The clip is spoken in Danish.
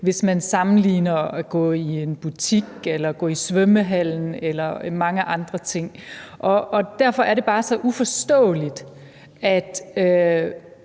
hvis man sammenligner det med at gå i en butik eller at gå i svømmehallen og mange andre ting. Derfor er det bare så uforståeligt, at